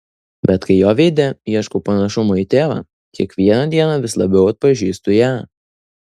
bet kai jo veide ieškau panašumo į tėvą kiekvieną dieną vis labiau atpažįstu ją